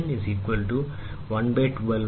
Least Count 2 Main Scale Divisions M